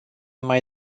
mai